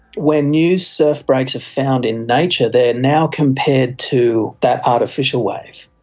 when new surf breaks are found in nature, they now compared to that artificial wave.